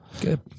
Good